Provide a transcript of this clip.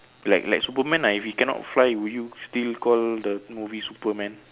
like like superman ah if he cannot fly would you still call the movie superman